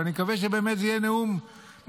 ואני מקווה שבאמת זה יהיה נאום משמעותי.